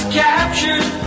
captured